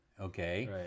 okay